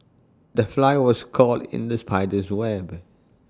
the fly was caught in the spider's web